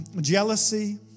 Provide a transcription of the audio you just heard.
jealousy